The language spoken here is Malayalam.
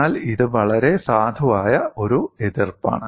എന്നാൽ ഇത് വളരെ സാധുവായ ഒരു എതിർപ്പാണ്